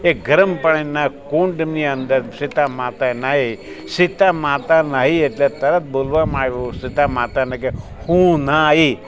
એ ગરમ પાણીના કુંડની અંદર સીતા માતાએ નાહી સીતા માતા નાહી એટલે તરત બોલવામાં આવ્યું સીતા માતાને કે હું ના ઈ